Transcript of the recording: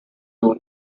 two